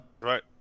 Right